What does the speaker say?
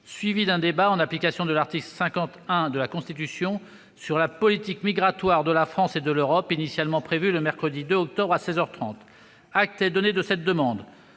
suivie d'un débat, en application de l'article 50-1 de la Constitution, sur la politique migratoire de la France et de l'Europe, initialement prévue le mercredi 2 octobre à seize heures trente. Acte est donné de cette demande.